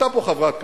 עלתה פה חברת כנסת,